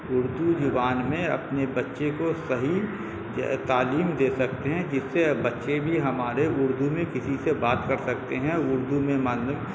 اردو زبان میں اپنے بچے کو صحیح تعلیم دے سکتے ہیں جس سے بچے بھی ہمارے اردو میں کسی سے بات کر سکتے ہیں اردو میں